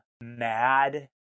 mad